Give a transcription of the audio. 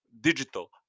digital